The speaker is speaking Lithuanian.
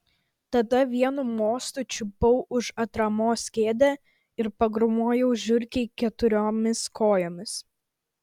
tada vienu mostu čiupau už atramos kėdę ir pagrūmojau žiurkei keturiomis kojomis